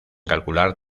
calcular